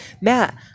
Matt